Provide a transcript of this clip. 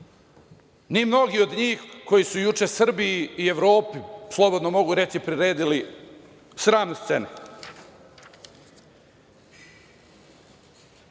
ni mnogi od njih koji su juče Srbiji i Evropi, slobodno mogu reći priredili sramne scene. Šta